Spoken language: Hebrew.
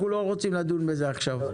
אנחנו רוצים לבנות בתים קטנים שיגדלו,